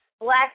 Black